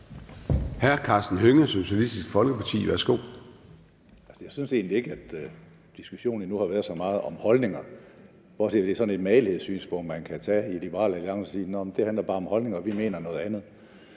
Hr. Karsten Hønge, Socialistisk Folkeparti. Værsgo. Kl. 10:33 Karsten Hønge (SF): Jeg synes egentlig ikke, at diskussionen endnu har været så meget om holdninger, det er sådan et magelighedssynspunkt, man kan tage i Liberal Alliance at sige: Nå, det handler bare om holdninger, vi mener noget andet.